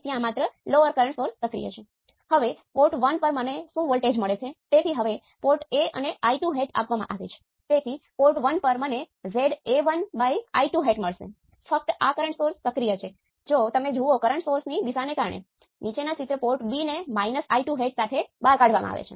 તેથી વોલ્ટેજ પર સોંપવું પડશે